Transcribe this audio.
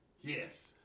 Yes